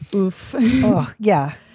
woof yeah,